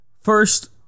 first